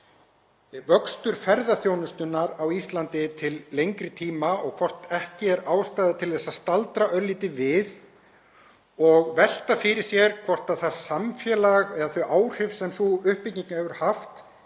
er vöxtur ferðaþjónustunnar á Íslandi til lengri tíma og hvort ekki er ástæða til að staldra örlítið við og velta fyrir sér hvort það samfélag eða þau áhrif sem sú uppbygging hefur haft